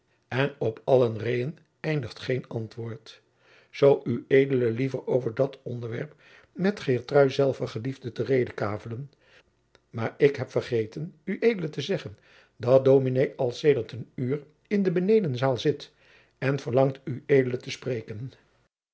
en op alle reên eigent geen antwoord zoo ued liever over dat onderwerp met geertrui zelve geliefde te redekavelen maar ik heb vergeten ued te zeggen dat dominé al sedert een uur in de benedenzaal zit en verlangt ued te spreken